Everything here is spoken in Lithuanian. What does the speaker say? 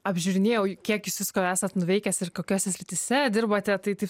apžiūrinėjau kiek jūs visko esat nuveikęs ir kokiose srityse dirbate tai taip